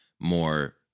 more